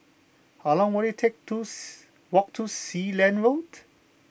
how long will it take to walk to Sealand Road